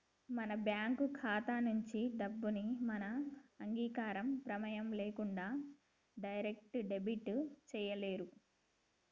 మన బ్యేంకు ఖాతా నుంచి డబ్బుని మన అంగీకారం, ప్రెమేయం లేకుండా డైరెక్ట్ డెబిట్ చేయలేరు